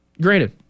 granted